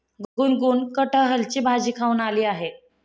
गुनगुन कठहलची भाजी खाऊन आली आहे